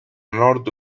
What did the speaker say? nord